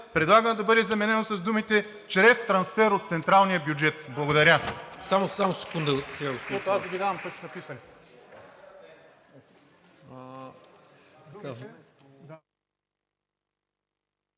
предлагаме да бъде заменено с думите „чрез трансфер от централния бюджет“. Благодаря.